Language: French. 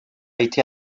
été